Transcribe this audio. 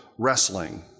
Wrestling